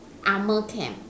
armour camp